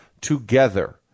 together